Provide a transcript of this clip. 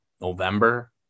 November